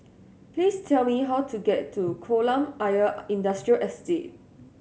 please tell me how to get to Kolam Ayer Industrial Estate